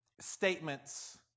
statements